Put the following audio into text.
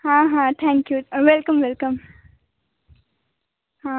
हां हां thank you welcome welcome हां